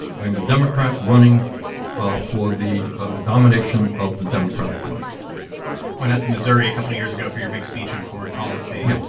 i'm a democrat running ah for the ah nomination of the democratic party i went out to missouri a couple of years ago for your big speech on foreign policy. yeah